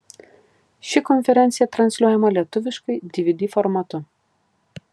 ši konferencija transliuojama lietuviškai dvd formatu